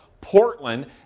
Portland